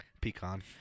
Pecan